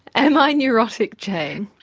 am i neurotic, jane?